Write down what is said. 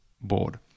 board